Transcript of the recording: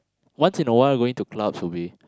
once in a while going to clubs will be